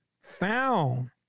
found